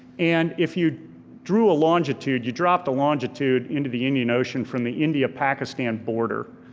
and if you drew a longitude, you drop the longitude into the indian ocean from the india pakistan border,